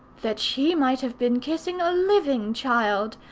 that she might have been kissing a living child,